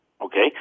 Okay